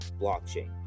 blockchain